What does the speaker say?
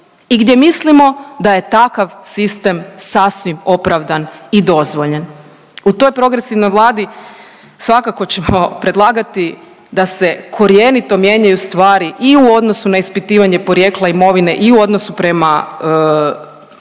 i gdje mislimo da je takav sistem sasvim opravdan i dozvoljen. U toj progresivnoj vladi svakako ćemo predlagati da se korjenito mijenjanju stvari i u odnosu na ispitivanje porijekla imovine i u odnosu prema